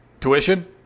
tuition